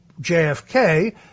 JFK